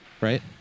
right